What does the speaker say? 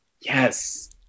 Yes